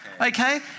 Okay